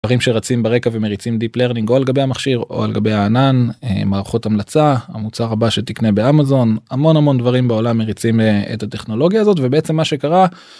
דברים שרצים ברקע ומריצים deep learning או על גבי המכשיר או על גבי הענן מערכות המלצה המוצר הבא שתקנה באמזון המון המון דברים בעולם מריצים את הטכנולוגיה הזאת ובעצם מה שקרה.